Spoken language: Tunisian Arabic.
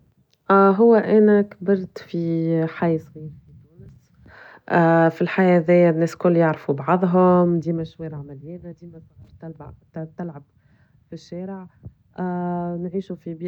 كبرت في حي هادي ببكال والكل يعرف بعضهم والأجواء كانت ديما عائلية وديما نديروا في حاجتنا مع بعضنا والناس كانوا يعاونوا في بعضهم في الأفراح وفي المصايب وأخرى الجو كان مليان محبة والجو كان مليان مفيش كل حاجة بسيطة وعدم و محدش مكلف روحا كلى يخدم وكلى يدير في حاجتها مع بعضها وكان الجو كويس ومتعاون كان جو جميل.